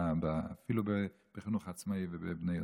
אפילו בחינוך העצמאי ובבני יוסף,